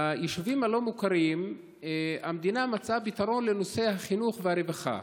ביישובים הלא-מוכרים המדינה מצאה פתרון לנושא החינוך והרווחה,